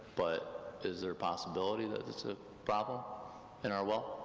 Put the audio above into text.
but is there a possibility that it's a problem in our well?